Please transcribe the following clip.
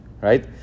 right